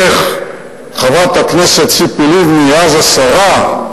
איך חברת הכנסת ציפי לבני, אז השרה,